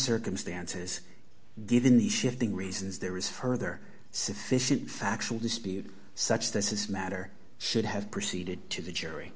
circumstances given the shifting reasons there is further sufficient factual dispute such this is matter should have proceeded to the jury